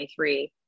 2023